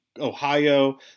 Ohio